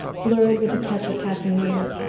blurred with the touch of passing years.